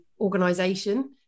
organization